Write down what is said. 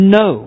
no